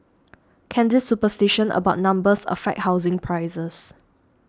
can this superstition about numbers affect housing prices